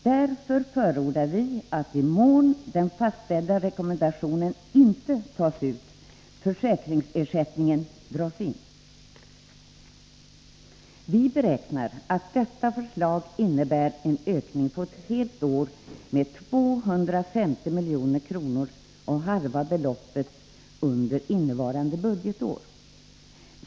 Därför förordar vi att försäkringsersättningen, i den mån de rekommenderade fastställda patientavgifterna inte tas ut, dras in. Vi beräknar att detta förslag innebär en ökning på ett helt år med 250 milj.kr., med halva beloppet under innevarande budgetår.